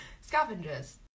Scavengers